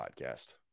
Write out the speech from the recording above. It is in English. podcast